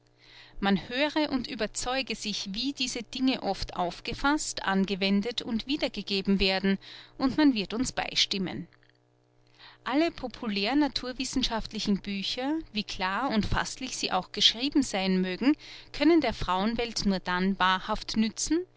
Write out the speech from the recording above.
man höre und überzeuge sich wie diese dinge oft aufgefaßt angewendet und wiedergegeben werden und man wird uns beistimmen alle populär naturwissenschaftlichen bücher wie klar und faßlich sie auch geschrieben sein mögen können der frauenwelt nur dann wahrhaft nützen